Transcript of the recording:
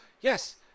yes